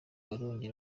karongi